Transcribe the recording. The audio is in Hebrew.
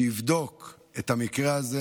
שיבדוק את המקרה הזה.